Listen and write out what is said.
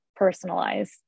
personalize